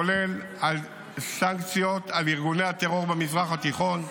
כולל סנקציות על ארגוני הטרור במזרח התיכון,